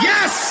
Yes